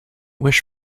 wish